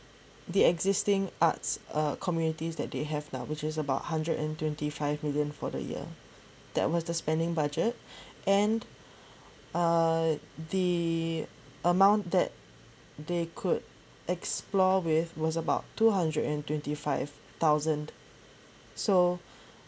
the arts uh communities that they have now which is about hundred and twenty five million for the year that was the spending budget and uh the amount that they could explore with was about two hundred and twenty five thousand so